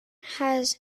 has